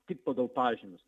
tik pagal pažymius